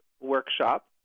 workshop